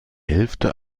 hälfte